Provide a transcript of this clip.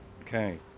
Okay